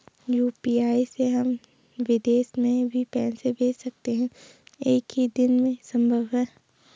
UPI से हम विदेश में भी पैसे भेज सकते हैं एक ही दिन में संभव है?